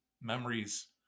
memories